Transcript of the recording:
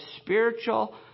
spiritual